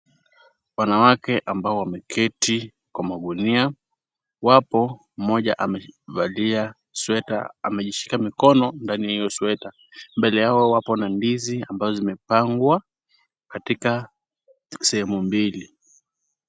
Wanawake ambao wameketi kwa magunia. Wapo mmoja amevalia sweta. Amejishika mikono ndani ya hio sweta. Mbele yao wapo na ndizi ambazo zimepangwa katika sehemu mbili.